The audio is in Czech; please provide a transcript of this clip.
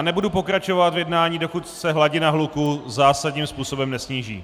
Nebudu pokračovat v jednání, dokud se hladina hluku zásadním způsobem nesníží.